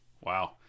Wow